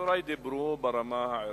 חברי דיברו ברמה הערכית,